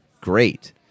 great